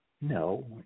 No